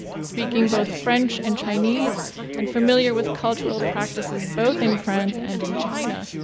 speaking both french and chinese and familiar with cultural practices both in france and in china,